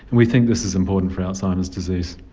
we think this is important for alzheimer's disease.